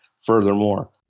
furthermore